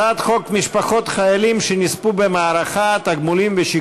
ההצעה להפוך את הצעת חוק ביטוח בריאות ממלכתי (תיקון,